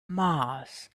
mars